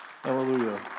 Hallelujah